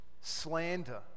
slander